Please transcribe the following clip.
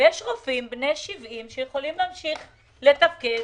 יש רופאים בני 70 שיכולים להמשיך לתפקד